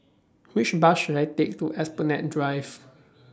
Which Bus should I Take to Esplanade Drive